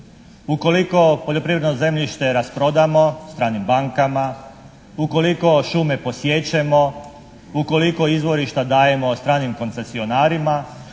Ukoliko poljoprivredno zemljište rasprodamo stranim bankama, ukoliko šume posiječemo, ukoliko izvorišta dajemo stranim koncesionarima,